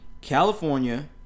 California